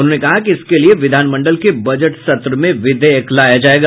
उन्होंने कहा कि इसके लिये विधानमंडल के बजट सत्र में विधेयक लाया जायेगा